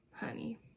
Honey